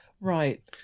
right